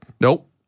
Nope